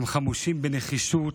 הם חמושים בנחישות